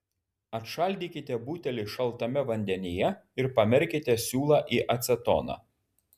atšaldykite butelį šaltame vandenyje ir pamerkite siūlą į acetoną